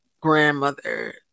grandmother